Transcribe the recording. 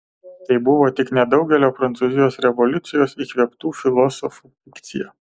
tai buvo tik nedaugelio prancūzijos revoliucijos įkvėptų filosofų fikcija